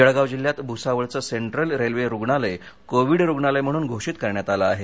जळगाव जिल्ह्यात भ्सावळचं central railway रुग्णालय कोविड रुग्णालय म्हणून घोषित करण्यात आलं आहे